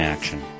Action